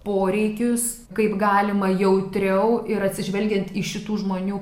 poreikius kaip galima jautriau ir atsižvelgiant į šitų žmonių